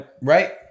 right